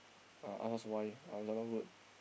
uh ask why our result not good